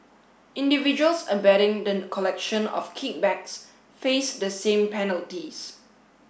individuals abetting the collection of kickbacks face the same penalties